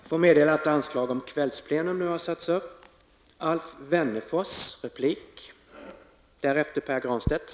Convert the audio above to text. Jag får meddela att anslag nu har satts upp om att detta sammanträde skall fortsätta efter kl. 19.00.